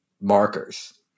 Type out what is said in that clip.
markers